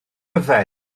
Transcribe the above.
yfed